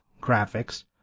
graphics